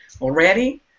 already